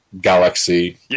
galaxy